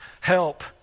help